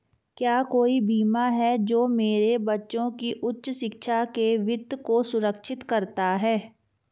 क्या कोई बीमा है जो मेरे बच्चों की उच्च शिक्षा के वित्त को सुरक्षित करता है?